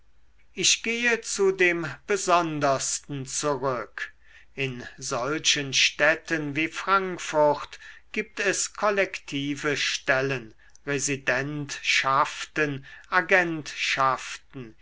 ich gehe zu dem besondersten zurück in solchen städten wie frankfurt gibt es kollektive stellen